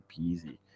peasy